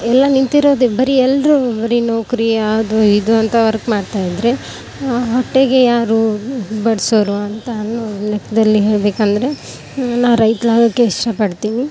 ಎಲ್ಲ ನಿಂತಿರೋದೆ ಬರೀ ಎಲ್ಲರೂ ಬರೀ ನೌಕರಿ ಅದು ಇದು ಅಂತ ವರ್ಕ್ ಮಾಡ್ತಾಯಿದ್ದರೆ ಹೊಟ್ಟೆಗೆ ಯಾರು ಬಡಿಸೋರು ಅಂತ ಅನ್ನೋ ಲೆಕ್ಕದಲ್ಲಿ ಹೇಳಬೇಕಂದ್ರೆ ನಾ ರೈತಳಾಗೋಕೆ ಇಷ್ಟಪಡ್ತೀವಿ